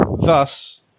Thus